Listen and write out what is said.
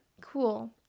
cool